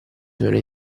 sono